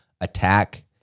attack